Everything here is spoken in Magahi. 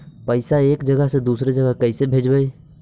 पैसा एक जगह से दुसरे जगह कैसे भेजवय?